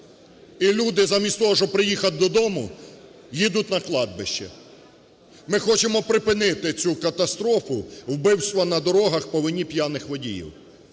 і люди замість того, щоб приїхати додому, їдуть на кладовище. Ми хочемо припинити цю катастрофу, вбивства на дорогах по вині п'яних водіїв.